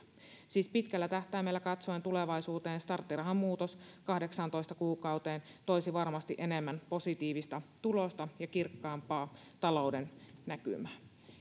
siis pitkällä tähtäimellä tulevaisuuteen katsoen starttirahan muutos kahdeksaantoista kuukauteen toisi varmasti enemmän positiivista tulosta ja kirkkaampaa talouden näkymää